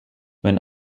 when